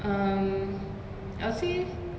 um I'll say